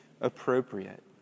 appropriate